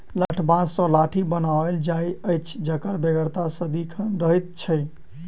लठबाँस सॅ लाठी बनाओल जाइत अछि जकर बेगरता सदिखन रहैत छै